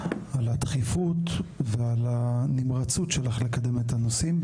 על הדחיפות ועל הנמרצות שלך לקדם את הנושאים.